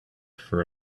for